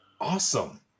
awesome